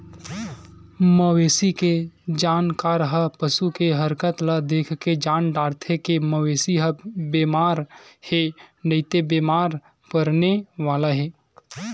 मवेशी के जानकार ह पसू के हरकत ल देखके जान डारथे के मवेशी ह बेमार हे नइते बेमार परने वाला हे